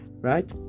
right